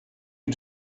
you